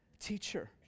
Teacher